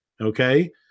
Okay